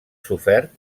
sofert